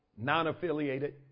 Non-affiliated